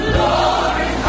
Glory